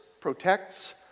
protects